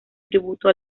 tributo